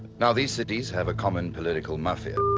now these cities have a common political mafia.